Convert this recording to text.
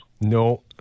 No